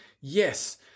yes